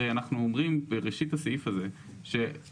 הרי אנחנו אומרים בראשית הסעיף הזה שצה"ל